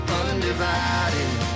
undivided